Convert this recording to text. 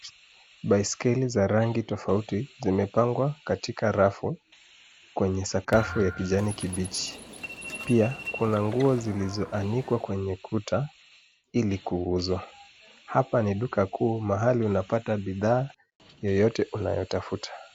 Baiskeli za rangi tofauti zimepangwa katika rafu kwenye sakafu ya kijani kibichi. Pia, kuna nguo zilizoanikwa kwenye kuta ili kuuzwa. Hapa ni duka kuu mahali unapata bidhaa yoyote unayotafuta.